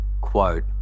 Quote